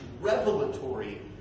revelatory